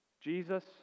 Jesus